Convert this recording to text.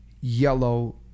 yellow